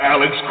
Alex